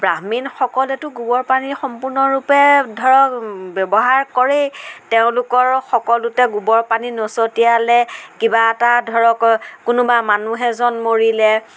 ব্ৰাহ্মীণসকলেতো গোবৰ পানীৰ সম্পূৰ্ণৰূপে ধৰক ব্যৱহাৰ কৰেই তেওঁলোকৰ সকলোতে গোবৰ পানী নছটিয়ালে কিবা এটা ধৰক কোনোবা মানুহ এজন মৰিলে